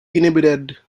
inhibited